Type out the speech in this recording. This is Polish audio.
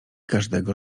każdego